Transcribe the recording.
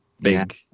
big